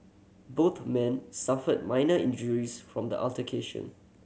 both men suffered minor injuries from the altercation